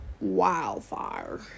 wildfire